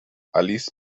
alice